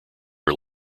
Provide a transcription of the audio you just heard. are